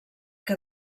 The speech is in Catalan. que